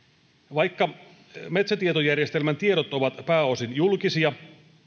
vaikka metsätietojärjestelmän tiedot ovat pääosin julkisia